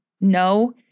no